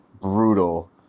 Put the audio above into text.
brutal